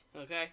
okay